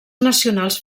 nacionals